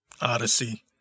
Odyssey